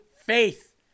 faith